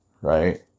right